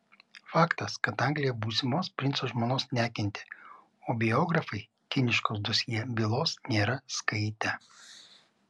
faktas kad anglija būsimos princo žmonos nekentė o biografai kiniškos dosjė bylos nėra skaitę